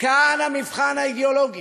כאן המבחן האידיאולוגי.